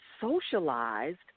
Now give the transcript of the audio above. socialized